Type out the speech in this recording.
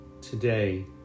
today